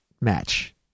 match